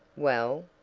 well?